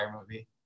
movie